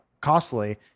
costly